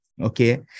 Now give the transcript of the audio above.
Okay